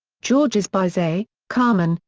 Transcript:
georges bizet carmen,